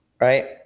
Right